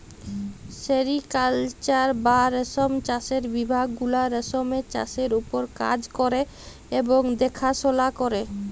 sericulture বা রেশম চাষের বিভাগ গুলা রেশমের চাষের উপর কাজ ক্যরে এবং দ্যাখাশলা ক্যরে